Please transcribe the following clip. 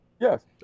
yes